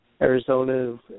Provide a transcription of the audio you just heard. Arizona